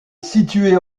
situé